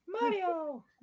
Mario